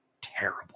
terrible